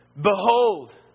Behold